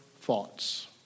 thoughts